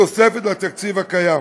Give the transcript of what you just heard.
בתוספת לתקציב הקיים.